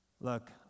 Look